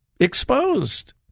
exposed